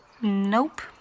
Nope